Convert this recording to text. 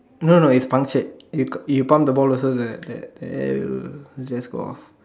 no no no it's punctured you you pump the ball also the the air will just go off